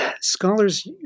scholars